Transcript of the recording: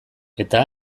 eta